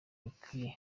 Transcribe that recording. bikwiye